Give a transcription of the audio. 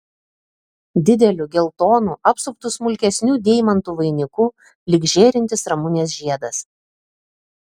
dideliu geltonu apsuptu smulkesnių deimantų vainiku lyg žėrintis ramunės žiedas